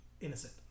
innocent